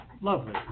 Lovely